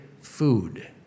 food